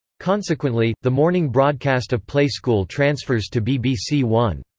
consequently, the morning broadcast of play school transfers to b b c one.